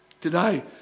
Today